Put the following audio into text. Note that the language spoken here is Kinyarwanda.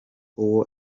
uwo